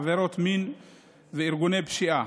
עבירות מין וארגוני פשיעה.